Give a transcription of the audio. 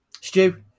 Stu